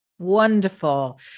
Wonderful